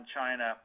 China